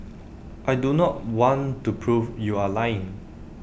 I do not want to prove you are lying